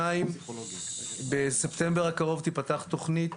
שנית, בספטמבר הקרוב תיפתח תוכנית